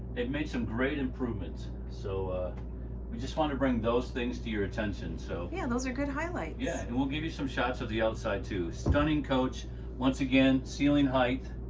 it made some great improvements. so we just wanna bring those things to your attention. so yeah, those are good highlights. yeah, and we'll give you some shots of the outside too, stunning coach once again, ceiling height,